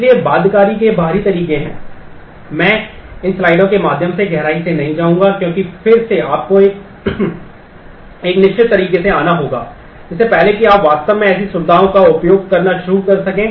इसलिए बाध्यकारी के बाहरी तरीके हैं मैं इन स्लाइडों के माध्यम से गहराई से नहीं जाऊंगा क्योंकि फिर से आपको एक निश्चित तरीके से आना होगा इससे पहले कि आप वास्तव में ऐसी सुविधाओं का उपयोग करना शुरू कर सकें